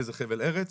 באיזה חבל ארץ,